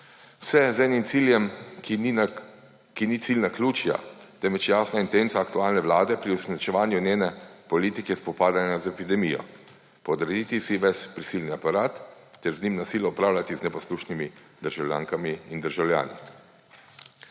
Vse z enim ciljem, ki ni cilj naključja, temveč jasna intenca aktualne vlade pri uresničevanju njene politike spopadanja z epidemijo − podrediti si ves prisilni aparat ter z njim na silo upravljati z neposlušnimi državljankami in državljani.